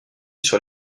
sur